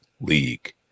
league